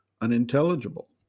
unintelligible